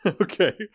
okay